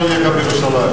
גם לא תהיה ירושלים.